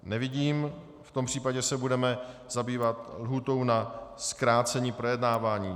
Nevidím, v tom případě se budeme zabývat lhůtou na zkrácení projednávání.